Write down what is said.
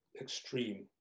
extreme